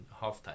halftime